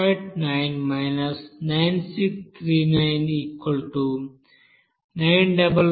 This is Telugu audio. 9 963995514